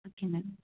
जी ma'am